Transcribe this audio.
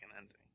ending